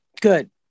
Good